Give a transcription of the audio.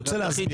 אני רוצה להסביר.